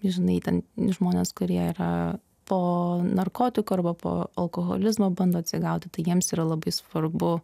žinai ten žmonės kurie yra po narkotikų arba po alkoholizmo bando atsigauti tai jiems yra labai svarbu